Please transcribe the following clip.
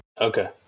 Okay